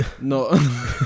No